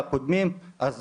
גם